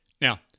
Now